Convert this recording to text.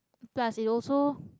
plus it also